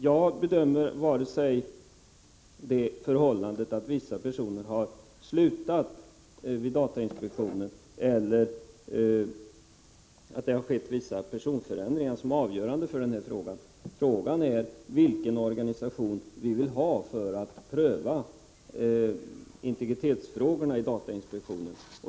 Jag bedömer varken det förhållandet att vissa personer har slutat vid datainspektionen eller att det har skett vissa personförändringar som avgörande för denna sak. Frågan är vilken organisation vi vill ha för att pröva integritetsfrågorna i datainspektionen.